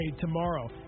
tomorrow